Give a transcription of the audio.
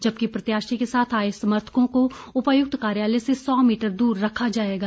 जबकि प्रत्याशी के साथ आए समर्थकों को उपायुक्त कार्यालय से सौ मीटर दूर रखा जाएगा